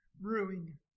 brewing